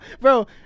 Bro